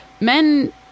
Men